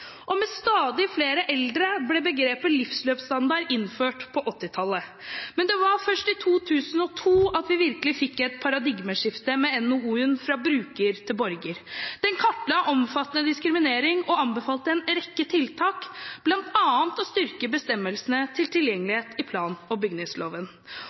Med stadig flere eldre ble begrepet «livsløpsstandard» innført på 1980-tallet, men det var først i 2001 at vi virkelig fikk et paradigmeskifte med NOU-en «Fra bruker til borger». Den kartla omfattende diskriminering og anbefalte en rekke tiltak, bl.a. å styrke bestemmelsene til